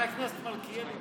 חבר הכנסת מלכיאלי,